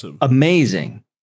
amazing